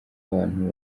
abantu